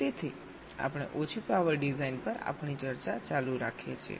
તેથી આપણે ઓછી પાવર ડિઝાઇન પર આપણી ચર્ચા ચાલુ રાખીએ છીએ